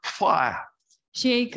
fire